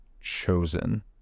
chosen